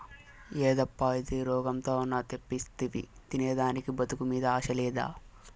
యేదప్పా ఇది, రోగంతో ఉన్న తెప్పిస్తివి తినేదానికి బతుకు మీద ఆశ లేదా